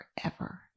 forever